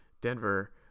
Denver